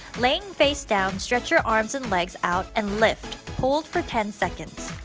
laying facedown, stretch your arms and legs out and lift. hold for ten seconds.